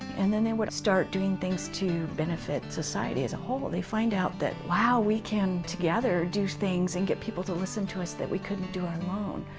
and and they would start doing things to benefit society as a whole. they find out that, wow, we can, together, do things and get people to listen to us that we couldn't do alone.